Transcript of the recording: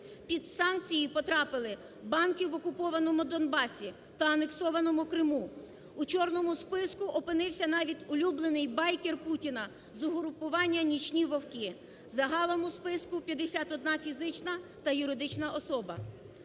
Під санкції потрапили банки в окупованому Донбасі та анексованому Криму. В чорному списку опинився навіть улюблений байкер Путіна з угрупування "Нічні вовки". Загалом у списку 51 фізична та юридична особа.